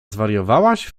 zwariowałaś